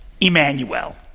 Emmanuel